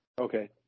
Okay